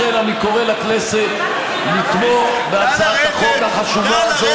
לכן, אני קורא לכנסת לתמוך בהצעת החוק החשובה,